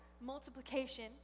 multiplication